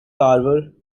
carver